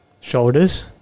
Shoulders